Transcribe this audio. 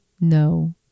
No